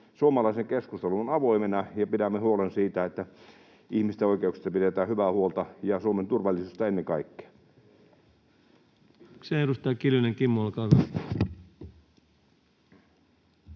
suomalaisen keskustelun avoimena ja pidämme huolen siitä, että ihmisten oikeuksista pidetään hyvää huolta — ja ennen kaikkea Suomen turvallisuudesta. Kiitoksia. — Edustaja Kiljunen, Kimmo, olkaa hyvä.